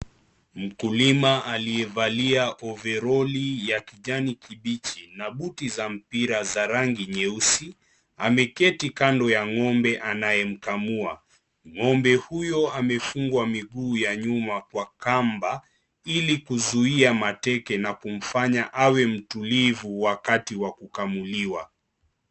Mkulima aliyevalia ovaroli ya kijani kibichi na buti za mpira za rangi nyeusi, ameketi kando ya ng'ombe anayemkamua. Ng'ombe huyu amefungwa miguu ya nyuma kwa kamba, ili kuzuia mateke na kumfanya awe mtulivu wakati wa kukamuliwa.